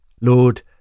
Lord